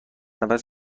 نفس